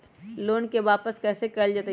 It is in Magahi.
लोन के वापस कैसे कैल जतय?